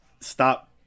stop